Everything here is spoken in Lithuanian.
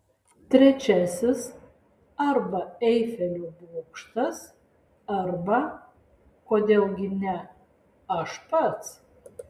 trečiasis arba eifelio bokštas arba kodėl gi ne aš pats